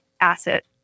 asset